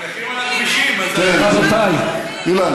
הנכים על הכבישים, זה בסדר גמור.